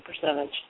percentage